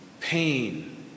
pain